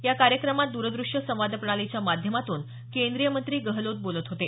या कार्यक्रमात द्रदृश्य संवाद प्रणालीच्या माध्यमातून केंद्रीय मंत्री गहलोत बोलत होते